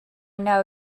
know